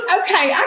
okay